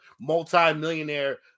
multi-millionaire